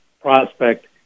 prospect